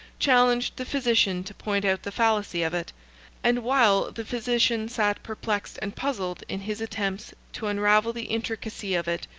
challenged the physician to point out the fallacy of it and while the physician sat perplexed and puzzled in his attempts to unravel the intricacy of it,